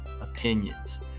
opinions